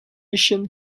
mission